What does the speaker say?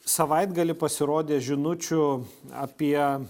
savaitgalį pasirodė žinučių apie